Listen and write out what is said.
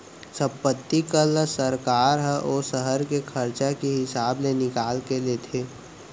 संपत्ति कर ल सरकार ह ओ सहर के खरचा के हिसाब ले निकाल के लेथे